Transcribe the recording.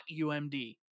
UMD